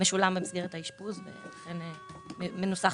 משולם במסגרת האשפוז, כך זה מנוסח.